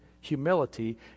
humility